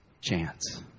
chance